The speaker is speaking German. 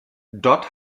dort